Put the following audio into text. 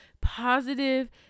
positive